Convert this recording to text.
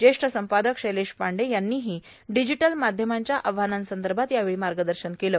ज्येष्ठ संपादक शैलेश पांडे यांनीही र्डिजीटल माध्यमांच्या आव्हानांसंदभात यावेळी मागदशन केलं